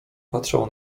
patrzał